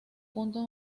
punto